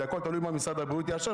זה הכל תלוי מה משרד הבריאות יאשר,